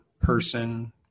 person